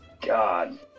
God